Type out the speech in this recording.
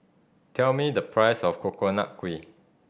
tell me the price of Coconut Kuih